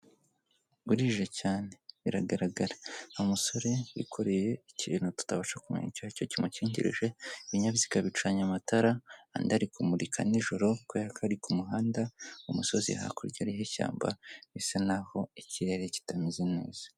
Burije cyane biragaragara. Umusore wikoreye ikintu tutabasha kumenya icyo ari cyo kimukingirije, ibinyabiziga bicanye amatara, andi ari kumurika nijoro kubera ko ari ku muhanda. Ku musozi hakurya hariho ishyamba bisa naho ikirere kitameze neza.